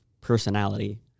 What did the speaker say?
personality